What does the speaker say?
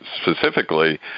specifically